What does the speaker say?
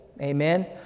Amen